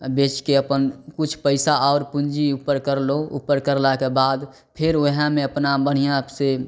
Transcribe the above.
आओर बेचिके अपन किछु पइसा आओर पूँजी उपर करलहुँ उपर करलाके बाद फेर वएहमे अपना बढ़िआँसे